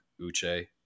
Uche